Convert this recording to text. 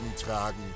tragen